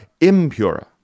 impura